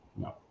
No